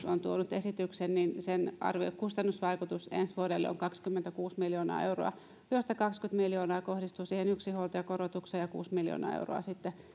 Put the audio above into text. on tuonut esityksen sen kustannusvaikutus ensi vuodelle on kaksikymmentäkuusi miljoonaa euroa josta kaksikymmentä miljoonaa kohdistuu siihen yksinhuoltajakorotukseen ja kuusi miljoonaa euroa sitten